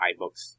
iBooks